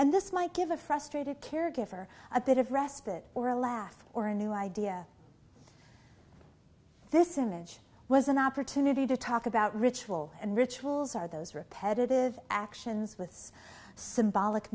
and this might give a frustrated caregiver a bit of respite or a laugh or a new idea this image was an opportunity to talk about ritual and rituals are those repetitive actions with symbolic